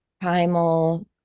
primal